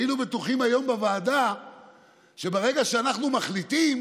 היינו בטוחים היום בוועדה שברגע שאנחנו מחליטים,